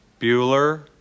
Bueller